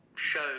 show